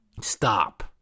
stop